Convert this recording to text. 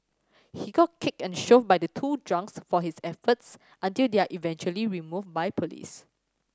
he got kicked and shoved by the two drunks for his efforts until they are eventually removed by police